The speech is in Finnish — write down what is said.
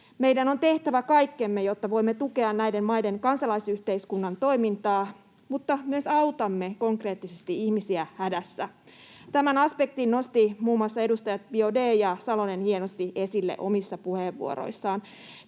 Meidän on tehtävä kaikkemme, jotta voimme tukea näiden maiden kansalaisyhteiskunnan toimintaa, mutta myös autamme konkreettisesti ihmisiä hädässä. Tämän aspektin nostivat muun muassa edustajat Biaudet ja Salonen hienosti esille omissa puheenvuoroissaan.